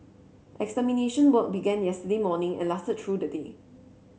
extermination work began yesterday morning and lasted through the day